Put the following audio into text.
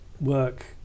work